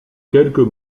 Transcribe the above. quelques